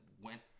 went